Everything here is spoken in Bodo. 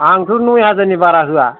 आंथ' नय हाजारनि बारा होया